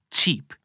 Cheap